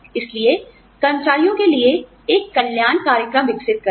इसलिए कर्मचारियों के लिए एक कल्याण कार्यक्रम विकसित करें